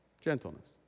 Gentleness